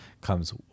comes